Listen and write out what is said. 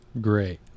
Great